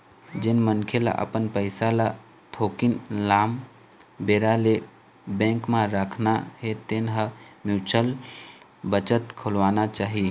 जेन मनखे ल अपन पइसा ल थोकिन लाम बेरा ले बेंक म राखना हे तेन ल म्युचुअल बचत खोलवाना चाही